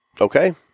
Okay